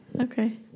Okay